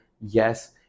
Yes